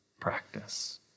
practice